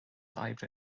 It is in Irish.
oibre